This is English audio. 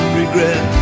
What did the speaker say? regret